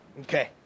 Okay